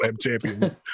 champion